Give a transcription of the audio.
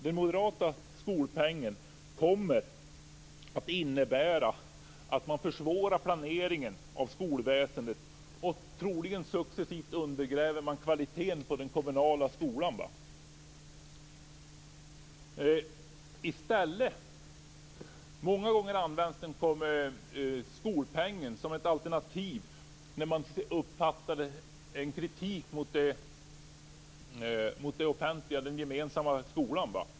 Den moderata skolpengen kommer att innebära att man försvårar planeringen av skolväsendet. Troligen undergräver man också successivt kvaliteten i den kommunala skolan. Många gånger används skolpengen som ett alternativ när man riktar kritik mot den offentliga och gemensamma skolan.